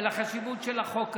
על החשיבות של החוק הזה.